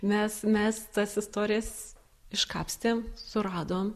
mes mes tas istorijas iškapstėm suradom